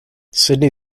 sidney